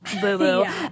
Boo-boo